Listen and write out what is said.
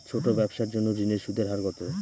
ছোট ব্যবসার জন্য ঋণের সুদের হার কত?